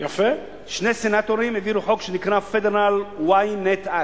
שני סנטורים העבירו חוק שנקרא Federal Wi-Net Act,